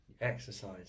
exercise